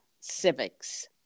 civics